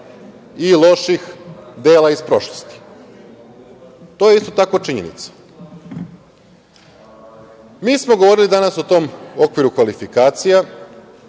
i loših dela iz prošlosti. To je isto tako činjenicaMi smo govorili danas o tom okviru kvalifikacija